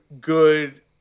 good